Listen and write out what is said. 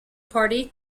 party